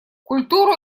культуру